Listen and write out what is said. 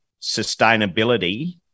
sustainability